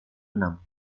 enam